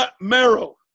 marrow